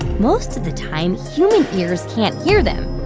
most of the time, human ears can't hear them.